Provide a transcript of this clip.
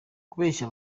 kubeshya